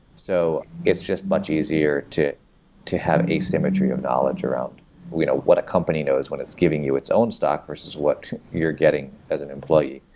so it's just much easier to to have asymmetry of knowledge around you know what a company knows when it's giving you its own stock, versus what you're getting as an employee.